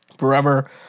forever